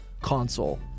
console